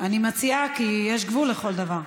אני מציעה, כי יש גבול לכל דבר,